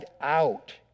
out